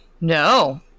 No